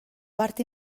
part